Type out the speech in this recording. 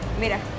Mira